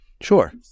Sure